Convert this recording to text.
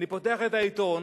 אני פותח את העיתון,